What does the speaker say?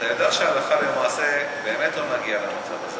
אתה יודע שהלכה למעשה באמת לא נגיע למצב הזה,